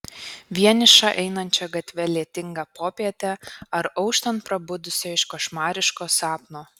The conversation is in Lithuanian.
vienišą einančią gatve lietingą popietę ar auštant prabudusią iš košmariško sapno